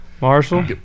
Marshall